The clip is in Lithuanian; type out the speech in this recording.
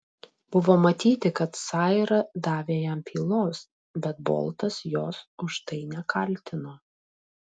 buvo matyti kad saira davė jam pylos bet boltas jos už tai nekaltino